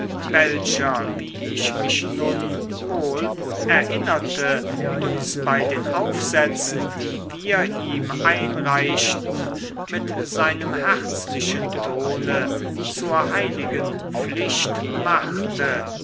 welcher wie ich mich nun wohl erinnerte uns bei den aufsätzen die wir ihm einreichten mit seinem herzlichen tone zur heiligen pflicht machte